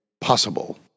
possible